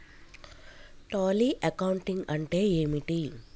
Tally accounting అంటే ఏమిటి?